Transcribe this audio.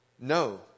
No